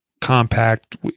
compact